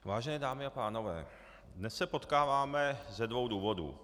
Vážené dámy a pánové, dnes se potkáváme ze dvou důvodů.